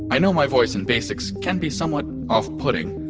i know my voice in basics can be somewhat off-putting.